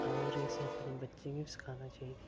होर एह् असें अपने बच्चें गी बी सखाना चाहिदी